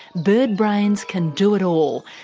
bird brains can do it all.